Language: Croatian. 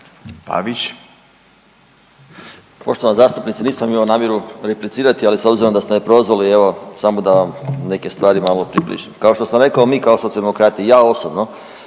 Poštovana zastupnice nisam imao namjeru replicirati, ali s obzirom da ste me prozvali evo samo da vam neke stvari malo približim. Kao što sam rekao mi kao Socijaldemokrati i ja osobno